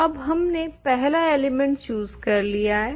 तो अब हमने पहला एलिमेंट चूज कर लिया है